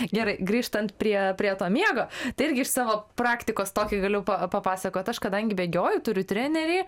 gerai grįžtant prie prie to miego tai irgi iš savo praktikos tokį galiu pa papasakot aš kadangi bėgioju turiu trenerį